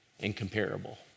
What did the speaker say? incomparable